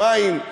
מים,